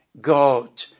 God